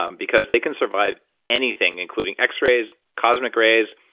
um because they can survive anything including x-rays, cosmic rays,